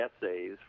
essays